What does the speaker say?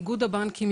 איגוד הבנקים,